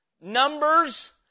Numbers